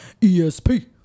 esp